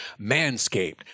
Manscaped